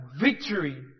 victory